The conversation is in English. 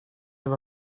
have